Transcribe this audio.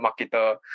marketer